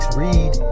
read